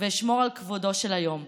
ואשמור על כבודו של היום.